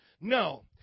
No